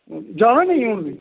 जाना निं हून